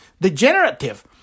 degenerative